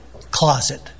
closet